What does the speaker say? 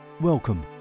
Welcome